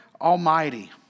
Almighty